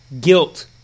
guilt